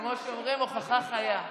כמו שאומרים, הוכחה חיה.